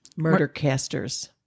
Murdercasters